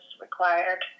required